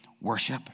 worship